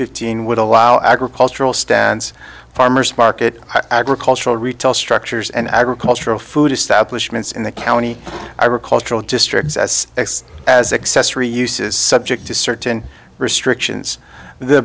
fifteen would allow agricultural stands farmers market agricultural retail structures and agricultural food establishments in the county i recall traill districts as acts as accessory uses subject to certain restrictions the